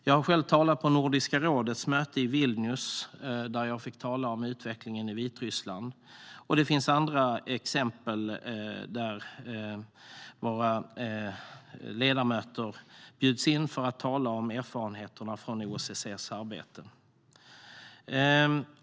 Jag har själv talat om utvecklingen i Vitryssland på Nordiska rådets möte i Vilnius, och det finns andra exempel på att våra ledamöter bjuds in för att tala om sina erfarenheter från OSSE:s arbete.